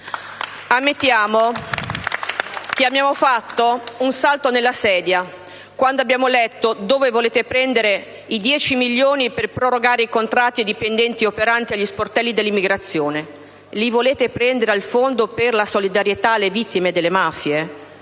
Ammettiamo che abbiamo fatto un salto sulla sedia quando abbiamo letto dove volete prendere i dieci milioni per prorogare i contratti ai dipendenti operanti agli sportelli dell'immigrazione. Li volete prendere al fondo per la solidarietà alle vittime delle mafie?